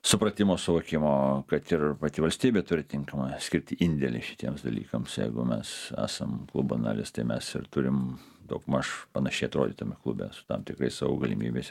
supratimo suvokimo kad ir pati valstybė turi tinkamai skirti indėlį šitiems dalykams jeigu mes esam klubo narės tai mes ir turim daugmaž panašiai atrodyt tame klube su tam tikrais savo galimybės